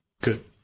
Good